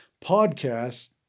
Podcast